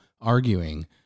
arguing